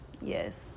Yes